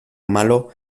malo